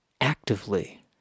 actively